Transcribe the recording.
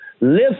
Live